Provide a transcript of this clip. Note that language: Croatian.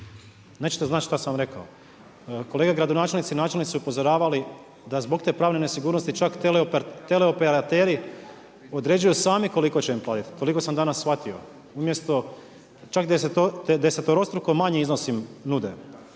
nećete znati što sam rekao. Kolega gradonačelnici, načelnici su upozoravali da zbog te pravne nesigurnosti, čak teleoperateri određuju sami koliko će im faliti, toliko sam danas shvatio, umjesto čak desetorostruku manje iznosi im nude